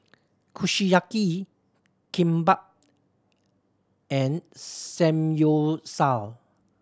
Kushiyaki Kimbap and Samgyeopsal